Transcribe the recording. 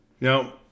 Now